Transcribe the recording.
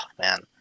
man